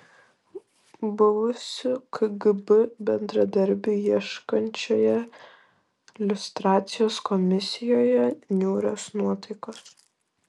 buvusių kgb bendradarbių ieškančioje liustracijos komisijoje niūrios nuotaikos